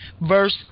Verse